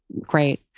great